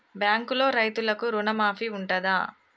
బ్యాంకులో రైతులకు రుణమాఫీ ఉంటదా?